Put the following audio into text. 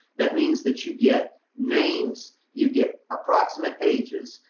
that means that you get names, you get approximate ages,